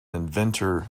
inventor